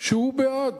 שהוא בעד.